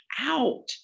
out